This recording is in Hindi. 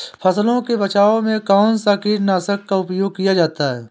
फसलों के बचाव में कौनसा कीटनाशक का उपयोग किया जाता है?